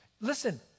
Listen